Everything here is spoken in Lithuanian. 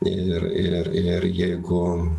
ir ir ir jeigu